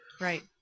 Right